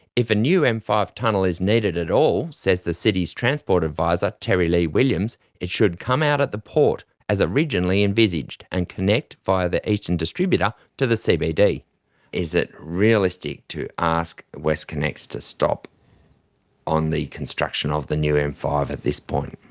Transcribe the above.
if a new m five tunnel is needed at all, says the city's transport adviser terry lee williams, it should come out at the port as originally envisaged, and connect via the eastern distributor to the cbd. is it realistic to ask westconnex to stop on the construction of the new m five at this point?